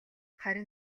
харин